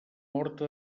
horta